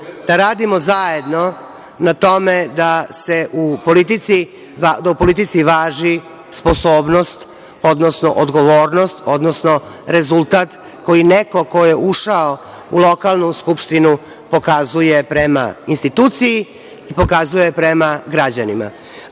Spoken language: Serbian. da radimo zajedno na tome da u politici važi sposobnost, odnosno odgovornost, odnosno rezultat koji neko ko je ušao u lokalnu skupštinu pokazuje prema instituciji i pokazuje prema građanima. Amandman